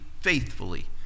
faithfully